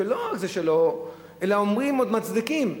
שעוד מצדיקים,